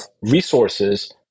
resources